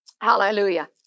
Hallelujah